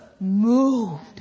moved